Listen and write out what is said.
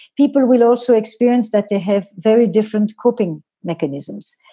people will also experience that they have very different coping mechanisms,